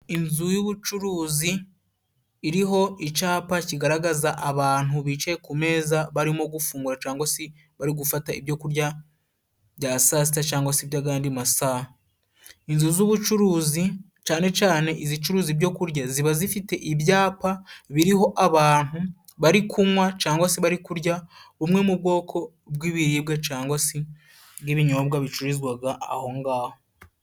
Inzu y'ubucuruzi iriho icapa kigaragaza abantu bicaye ku meza， barimo gufungura cangwa se bari gufata ibyo kurya bya saa sita cangwa se by’agandi masaha， inzu z'ubucuruzi cane cane izicuruza ibyo kurya， ziba zifite ibyapa biriho abantu bari kunywa cangwa se bari kurya bumwe mu bwoko bw'ibiribwa cangwa se bw'ibinyobwa bicururizwaga aho ngaho.